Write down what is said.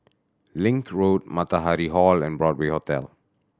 Link Road Matahari Hall and Broadway Hotel